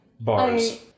Bars